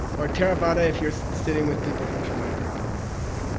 or theravada if you're sitting with people from sri lanka and burma